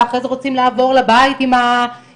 ואחרי זה רוצים לעבור לבית עם המשפחה.